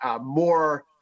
more